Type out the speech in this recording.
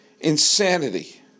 insanity